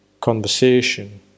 conversation